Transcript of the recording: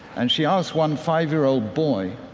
and she asked one five-year-old boy,